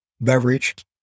beverage